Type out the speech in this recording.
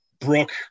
Brooke